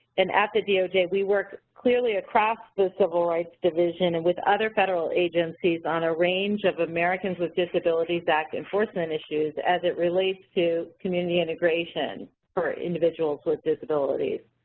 and at the doj, we work clearly across civil rights division and with other federal agencies on a range of americans with disabilities act enforcement issues as it relates to community integration for individuals with disabilities.